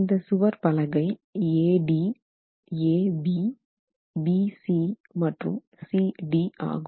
இந்த சுகர் பலகை ADABBC மற்றும் CD ஆகும்